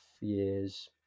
years